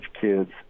kids